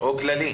או שזה כולל?